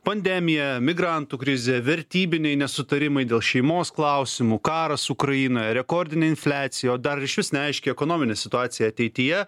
pandemija migrantų krizė vertybiniai nesutarimai dėl šeimos klausimų karas ukrainoje rekordinė infliacija o dar išvis neaiški ekonominė situacija ateityje